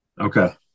Okay